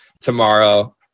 tomorrow